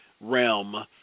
realm